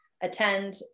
attend